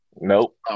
Nope